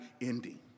ending